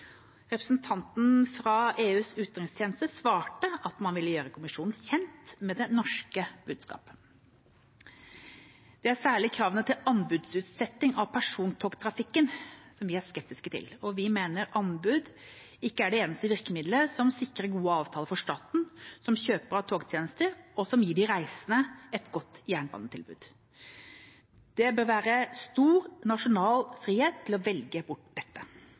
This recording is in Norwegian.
Representanten fra EUs utenrikstjeneste svarte at man ville gjøre kommisjonen kjent med det norske budskapet. Det er særlig kravene til anbudsutsetting av persontogtrafikken vi er skeptiske til. Vi mener anbud ikke er det eneste virkemiddelet som sikrer gode avtaler for staten som kjøper av togtjenester, og som gir de reisende et godt jernbanetilbud. Det bør være stor nasjonal frihet til å velge bort dette.